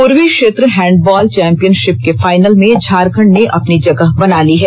पूर्वी क्षेत्र handball championship के फाइनल में झारखंड ने अपनी जगह बना ली है